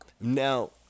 Now